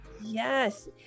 yes